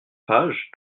page